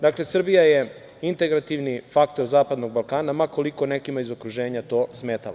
Dakle, Srbija je integrativni faktor zapadnog Balkana, ma koliko nekima iz okruženja to smetalo.